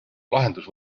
lahendus